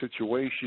situation